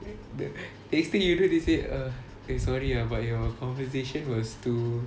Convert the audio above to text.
the next thing you know they say ah okay sorry ah but your conversation was too